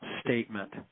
statement